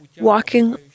walking